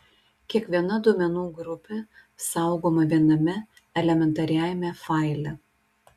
kiekviena duomenų grupė saugoma viename elementariajame faile